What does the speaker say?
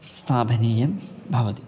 स्थापनीयानि भवन्ति